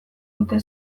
dute